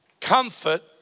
comfort